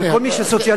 אבל כל מי שסוציאליסט,